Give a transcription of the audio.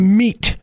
meat